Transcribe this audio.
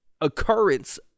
occurrence